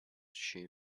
shoe